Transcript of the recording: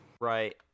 Right